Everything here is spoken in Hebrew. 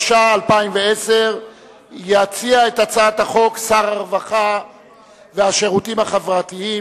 התש"ע 2010. יציע את הצעת החוק שר הרווחה והשירותים החברתיים,